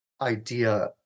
idea